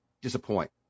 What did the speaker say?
disappoint